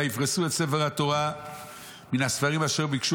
ויפרשו את ספר התורה מן הספרים אשר ביקשו